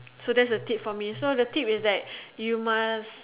so that's a tip from me so the tip is that you must